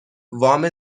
وام